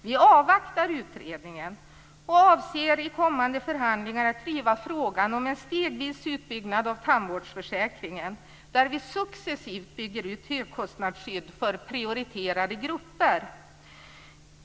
Vi avvaktar utredningen och avser i kommande förhandlingar att driva frågan om en stegvis utbyggnad av tandvårdsförsäkringen, där vi successivt bygger ut högkostnadsskyddet för prioriterade grupper.